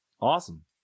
Awesome